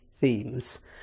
themes